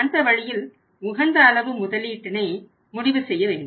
அந்த வழியில் உகந்த அளவு முதலீட்டினை முடிவு செய்ய வேண்டும்